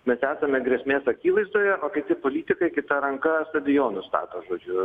mes esame grėsmės akivaizdoje o kiti politikai kita ranka stadionus stato žodžiu